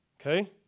Okay